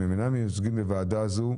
הם אינם מיוצגים בוועדה זו.